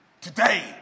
today